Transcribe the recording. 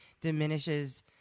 diminishes